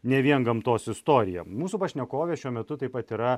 ne vien gamtos istorija mūsų pašnekovė šiuo metu taip pat yra